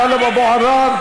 טלב אבו עראר,